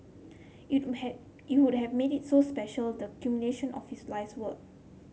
it would have it would have made it so special the culmination of his life's work